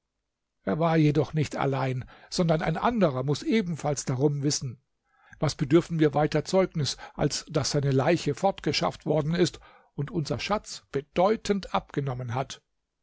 er war jedoch nicht allein sondern ein anderer muß ebenfalls darum wissen was bedürfen wir weiter zeugnis als daß seine leiche fortgeschafft worden ist und unser schatz bedeutend abgenommen hat